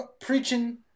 preaching